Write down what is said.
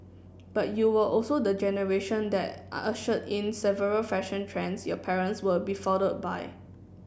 but you were also the generation that ushered in several fashion trends your parents were befuddled by